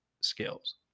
skills